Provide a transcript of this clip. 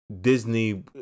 Disney